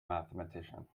mathematician